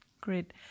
Great